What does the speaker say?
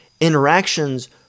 interactions